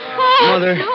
mother